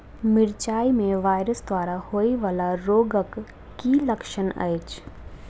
मिरचाई मे वायरस द्वारा होइ वला रोगक की लक्षण अछि?